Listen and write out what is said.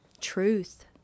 truth